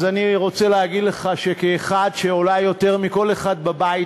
אז אני רוצה להגיד לך שכמי שאולי יותר מכל אחד בבית